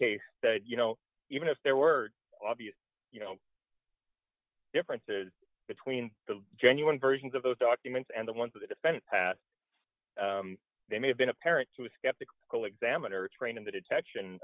case that you know even if there were obvious you know differences between the genuine versions of those documents and the ones of the defense hat they may have been apparent to a skeptical examiner trained in the detection